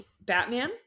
Batman